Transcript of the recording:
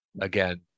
again